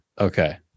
Okay